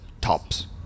tops